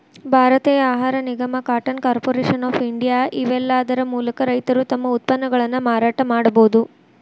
ಭಾರತೇಯ ಆಹಾರ ನಿಗಮ, ಕಾಟನ್ ಕಾರ್ಪೊರೇಷನ್ ಆಫ್ ಇಂಡಿಯಾ, ಇವೇಲ್ಲಾದರ ಮೂಲಕ ರೈತರು ತಮ್ಮ ಉತ್ಪನ್ನಗಳನ್ನ ಮಾರಾಟ ಮಾಡಬೋದು